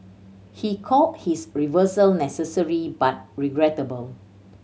he called his reversal necessary but regrettable